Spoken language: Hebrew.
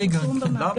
מן הפרסום במאגר.